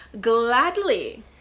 Gladly